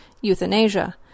euthanasia